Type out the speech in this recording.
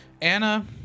Anna